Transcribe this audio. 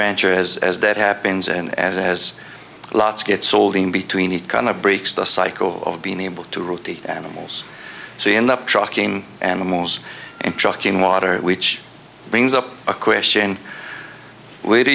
rancher as as that happens and as lots get sold in between it kind of breaks the cycle of being able to rotate animals so you end up trucking animals and trucking water which brings up a question where do